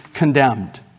condemned